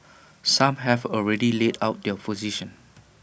some have already laid out their position